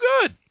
good